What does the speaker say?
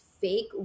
fake